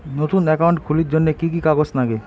নতুন একাউন্ট খুলির জন্যে কি কি কাগজ নাগে?